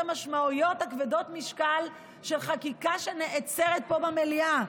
המשמעויות כבדות המשקל של חקיקה שנעצרת פה במליאה.